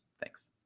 thanks